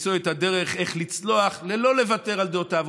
ולמצוא את הדרך איך לצלוח ולא לוותר על דעותיו.